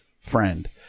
friend